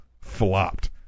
Flopped